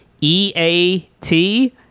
E-A-T